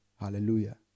Hallelujah